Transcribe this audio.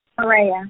Maria